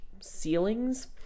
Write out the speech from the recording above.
ceilings